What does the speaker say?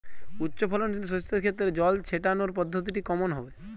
উচ্চফলনশীল শস্যের ক্ষেত্রে জল ছেটানোর পদ্ধতিটি কমন হবে?